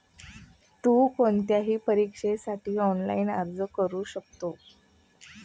तु कोणत्याही परीक्षेसाठी ऑनलाइन अर्ज करू शकते